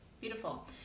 Beautiful